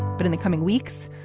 but in the coming weeks,